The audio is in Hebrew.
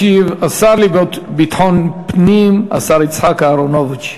ישיב השר לביטחון פנים, השר יצחק אהרונוביץ.